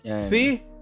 See